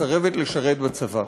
מסרבת לשרת בצבא.